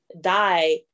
Die